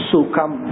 Sukam